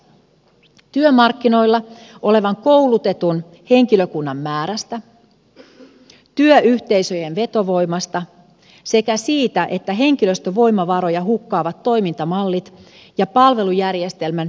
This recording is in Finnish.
työmarkkinoilla olevan koulutetun henkilökunnan määrästä työyhteisöjen vetovoimasta sekä siitä että henkilöstövoimavaroja hukkaavat toimintamallit ja palvelujärjestelmän päällekkäisyydet puretaan